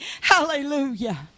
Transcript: Hallelujah